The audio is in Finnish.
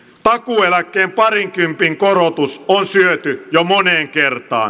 takuueläkkeen parin kympin korotus on syöty jo moneen kertaan